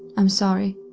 i'm sorry.